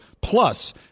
plus